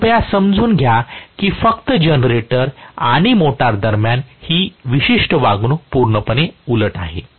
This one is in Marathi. तर कृपया समजून घ्या की फक्त जनरेटर आणि मोटर दरम्यान ही विशिष्ट वागणूक पूर्णपणे उलट आहे